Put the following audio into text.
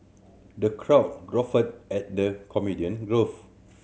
the crowd guffawed at the comedian